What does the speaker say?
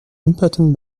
important